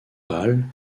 pâle